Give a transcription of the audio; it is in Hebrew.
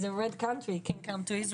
בוקר טוב מבריסל, אני שמח להיות פה.